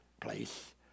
place